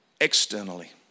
externally